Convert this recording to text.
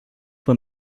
were